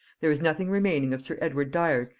there is nothing remaining of sir edward dyer's,